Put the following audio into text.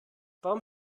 warum